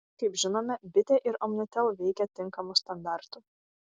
kaip žinome bitė ir omnitel veikia tinkamu standartu